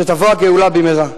שתבוא הגאולה במהרה.